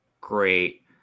great